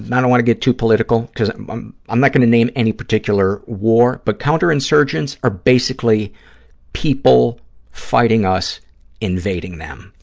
don't want to get too political because i'm i'm not going to name any particular war, but counterinsurgents are basically people fighting us invading them,